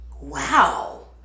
wow